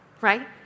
Right